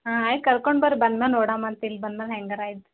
ಹಾಂ ಆಯ್ತು ಕರ್ಕೊಂಡು ಬರ್ರಿ ಬಂದಮ್ಯಾಲೆ ನೋಡೋಮಾ ಅಂತೆ ಇಲ್ಲಿ ಬಂದ ಮ್ಯಾಲೆ ಹ್ಯಾಂಗರ ಆಯ್ತು